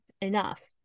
enough